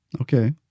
Okay